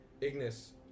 Ignis